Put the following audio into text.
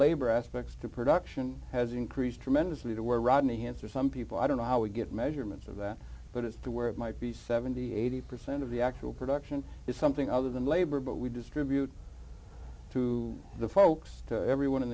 labor aspects to production has increased tremendously to where rodney answer some people i don't know how we get measurements of that but it's there where it might be seven thousand and eighty percent of the actual production is something other than labor but we distribute through the folks to everyone in